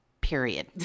Period